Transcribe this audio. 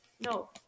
No